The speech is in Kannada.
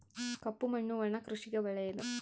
ಕಪ್ಪು ಮಣ್ಣು ಒಣ ಕೃಷಿಗೆ ಒಳ್ಳೆಯದು